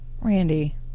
Randy